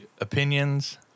Opinions